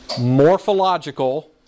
morphological